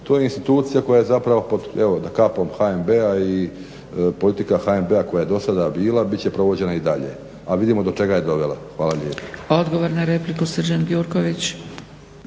to je institucija koja je zapravo pod evo kapom HNB-a i politika HNB-a koja je dosada bila bit će provođena i dalje. A vidimo do čega je dovela. Hvala lijepo.